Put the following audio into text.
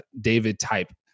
David-type